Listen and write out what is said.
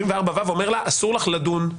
74ו אומר לה: אסור לך לדון.